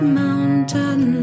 mountain